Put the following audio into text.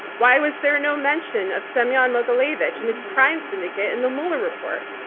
why was there no mention of semion mogilevich and his crime syndicate in the mueller report,